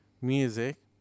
music